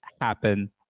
happen